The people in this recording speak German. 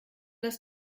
das